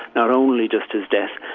not only just his death.